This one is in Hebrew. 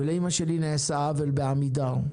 ולאימא שלי נעשה עוול בעמידר.